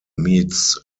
meets